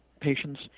patients